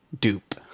dupe